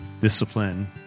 discipline